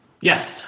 Yes